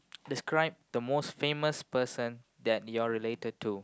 describe the most famous person that you're related to